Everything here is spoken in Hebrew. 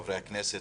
חברי הכנסת,